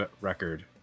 record